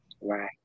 Right